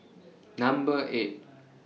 Number eight